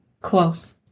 Close